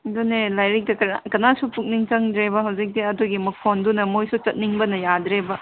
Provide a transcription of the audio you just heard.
ꯑꯗꯨꯅꯦ ꯂꯥꯏꯔꯤꯛꯇ ꯀꯅꯥꯁꯨ ꯄꯨꯛꯅꯤꯡ ꯆꯪꯗ꯭ꯔꯦꯕ ꯍꯧꯖꯤꯛꯇꯤ ꯑꯗꯨꯒꯤ ꯃꯈꯣꯜꯗꯨꯅ ꯃꯈꯣꯏꯁꯨ ꯆꯠꯅꯤꯡꯕꯅ ꯌꯥꯗ꯭ꯔꯦꯕ